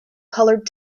colored